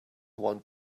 one